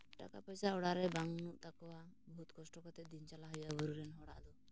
ᱴᱟᱠᱟ ᱯᱚᱭᱥᱟ ᱚᱲᱟᱜ ᱨᱮ ᱵᱟᱹᱱᱩᱜ ᱛᱟᱠᱚᱣᱟ ᱵᱚᱦᱩᱫ ᱠᱚᱥᱴᱚ ᱠᱟᱛᱮᱫ ᱫᱤᱱ ᱪᱟᱞᱟᱣ ᱦᱩᱭᱩᱜᱼᱟ ᱵᱩᱨᱩ ᱨᱮᱱ ᱦᱚᱲᱟᱜ ᱫᱚ